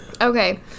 Okay